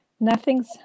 Nothing's